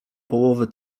połowy